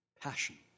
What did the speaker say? passion